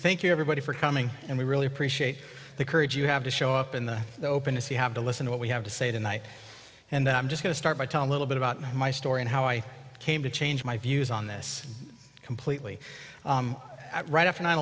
thank you everybody for coming and we really appreciate the courage you have to show up in the openness you have to listen to what we have to say tonight and i'm just going to start by telling little bit about my story and how i came to change my views on this completely right after nine